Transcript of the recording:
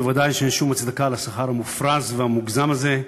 וודאי שאין שום הצדקה לשכר המופרז והמוגזם הזה.